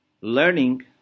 learning